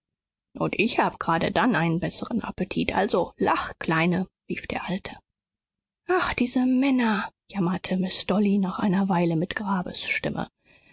und ich habe gerade dann einen besseren appetit also lach kleine rief der alte ach diese männer jammerte miß dolly nach einer weile mit